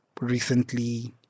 recently